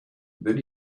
then